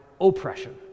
oppression